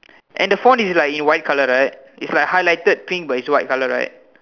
and the font is like in white colour right is like highlighted pink but is white colour right